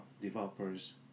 developer's